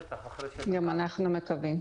גם אנחנו מקווים.